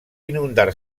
inundar